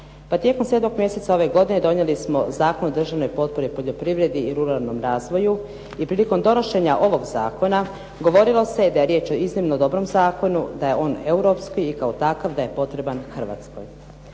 tijekom 7 mj. ove godine donijeli smo Zakon o državnoj potpori poljoprivredi i ruralnom razvoju i prilikom donošenja ovog zakona govorilo se da je riječ o iznimno dobrom zakonu da je on europski i kao takav da je potreban Hrvatskoj.